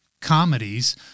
comedies